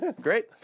Great